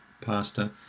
pasta